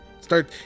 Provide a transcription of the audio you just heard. Start